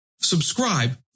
Subscribe